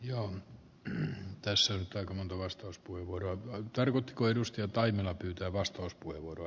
joo kyllä tässä vastauspuheenvuorot taivutkoidusti painella pyytää vastauspuheenvuoro